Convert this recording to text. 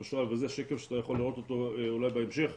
זה שקף שנראה אולי בהמשך,